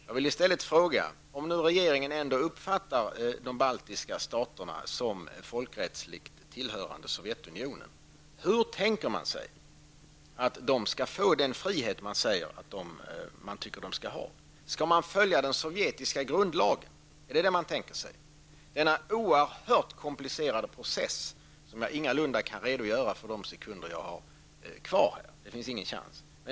Jag vill i stället fråga om regeringen ändå nu uppfattar de baltiska staterna som folkrättsligt tillhörande Sovjetunionen. Hur tänker man sig att de skall få den frihet man tycker att de skall ha? Skall man följa den sovjetiska grundlagen? Är det detta man tänker sig? Detta är en oerhört komplicerad process som jag ingalunda kan redogöra för under de sekunder jag har kvar här. Det finns ingen chans.